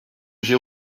j’ai